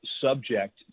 subject